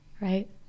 right